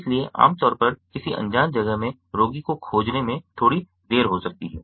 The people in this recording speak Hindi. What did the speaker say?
इसलिए आम तौर पर किसी अंजान जगह में रोगी को खोजने में थोड़ी देर हो सकती है